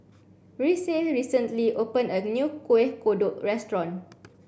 Reese recently opened a new Kueh Kodok restaurant